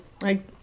Like-